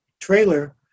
trailer